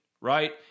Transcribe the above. right